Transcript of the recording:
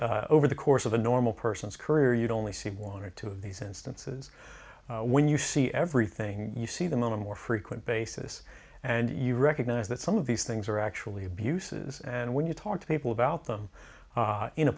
but over the course of a normal person's career you'd only see one or two of these instances when you see everything you see them on a more frequent basis and you recognize that some of these things are actually abuses and when you talk to people about them in a